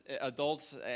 adults